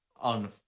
on